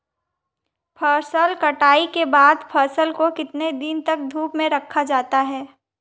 फसल कटाई के बाद फ़सल को कितने दिन तक धूप में रखा जाता है?